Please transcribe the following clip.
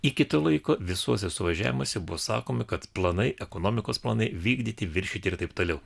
iki to laiko visuose suvažiavimuose buvo sakoma kad planai ekonomikos planai vykdyti viršyti ir taip toliau